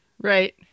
Right